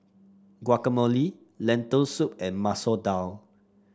Guacamole Lentil Soup and Masoor Dal